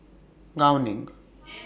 Gao Ning